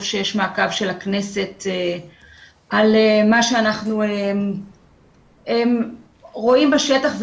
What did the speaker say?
שיש מעקב של הכנסת על מה שאנחנו רואים בשטח,